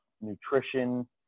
nutrition